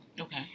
Okay